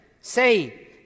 say